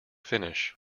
finish